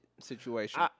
situation